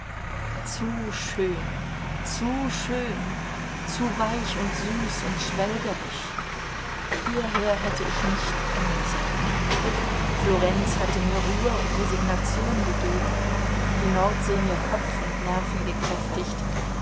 zu schön zu schön zu weich und süß und schwelgerisch hierher hätte ich nicht kommen sollen florenz hatte mir ruhe und resignation gegeben die nordsee mir kopf und nerven gekräftigt